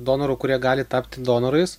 donorų kurie gali tapti donorais